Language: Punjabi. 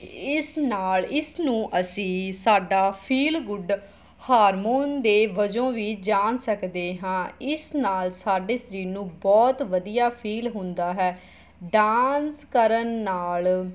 ਇਸ ਨਾਲ ਇਸ ਨੂੰ ਅਸੀਂ ਸਾਡਾ ਫੀਲ ਗੁੱਡ ਹਾਰਮੋਨ ਦੇ ਵਜੋਂ ਵੀ ਜਾਣ ਸਕਦੇ ਹਾਂ ਇਸ ਨਾਲ ਸਾਡੇ ਸਰੀਰ ਨੂੰ ਬਹੁਤ ਵਧੀਆ ਫੀਲ ਹੁੰਦਾ ਹੈ ਡਾਂਸ ਕਰਨ ਨਾਲ